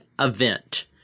event